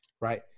right